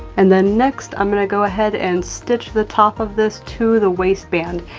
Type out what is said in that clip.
and then next, i'm gonna go ahead and stitch the top of this to the waistband.